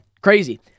Crazy